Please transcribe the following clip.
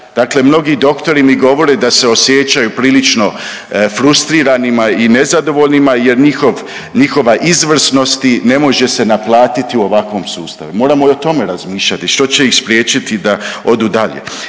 dakle mnogi doktori mi govore da se osjećaju prilično frustriranima i nezadovoljnima jer njihov, njihova izvrsnosti ne može se naplatiti u ovakvom sustavu, moramo i o tome razmišljati što će ih spriječiti da odu dalje.